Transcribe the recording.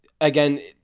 again